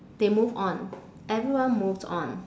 they move on everyone moved on